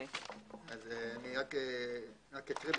אני רק אקריא,